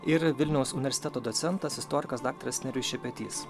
ir vilniaus universiteto docentas istorikas daktaras nerijus šepetys